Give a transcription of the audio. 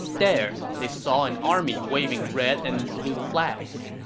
there, they saw an army waving red and blue flags.